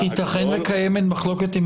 יתכן וקיימת מחלוקת עם